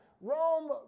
Rome